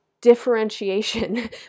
differentiation